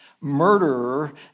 murderer